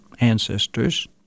ancestors